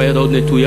והיד עוד נטויה.